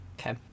Okay